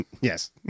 Yes